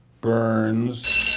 Burns